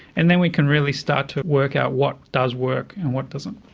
and then we can really start to work out what does work and what doesn't.